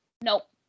Nope